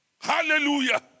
Hallelujah